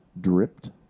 Dripped